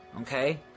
okay